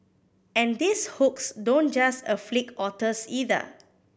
and these hooks don't just afflict otters either